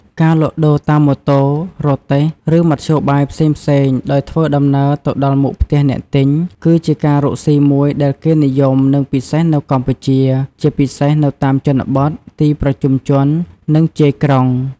ការលក់ដូរតាមម៉ូតូ រទេះ ឬមធ្យោបាយផ្សេងៗ ដោយធ្វើដំណើរទៅដល់មុខផ្ទះអ្នកទិញ គឺជាការរកស៊ីមួយដែលគេនិយម និងពិសេសនៅកម្ពុជា ជាពិសេសនៅតាមជនបទ ទីប្រជុំជន និងជាយក្រុង។